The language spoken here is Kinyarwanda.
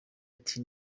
ati